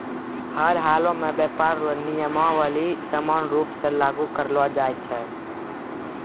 हर हालमे व्यापार रो नियमावली समान रूप से लागू करलो जाय छै